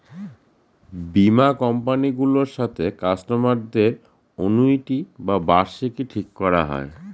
বীমা কোম্পানি গুলোর সাথে কাস্টমারদের অনুইটি বা বার্ষিকী ঠিক করা হয়